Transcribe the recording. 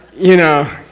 you know?